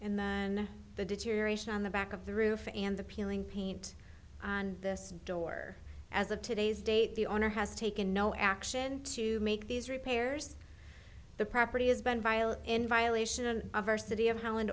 and then the deterioration on the back of the roof and the peeling paint and this door as of today's date the owner has taken no action to make these repairs the property has been violent in violation of diversity of how and